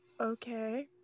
okay